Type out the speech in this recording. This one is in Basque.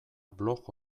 blog